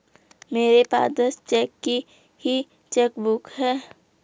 मेरे पास दस चेक की ही चेकबुक है